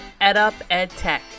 EdUpEdTech